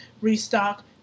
restock